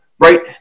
Right